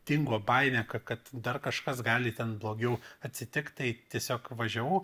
dingo baimė k kad dar kažkas gali ten blogiau atsitkt tai tiesiog važiavau